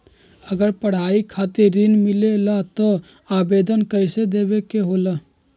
अगर पढ़ाई खातीर ऋण मिले ला त आवेदन कईसे देवे के होला?